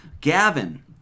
Gavin